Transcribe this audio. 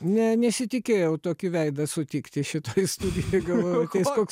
ne nesitikėjau tokį veidą sutikti šitoj studijoj galvojau ateis koks